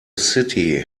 city